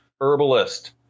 Herbalist